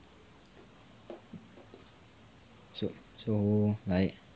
so so like